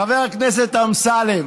חבר הכנסת אמסלם,